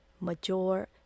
major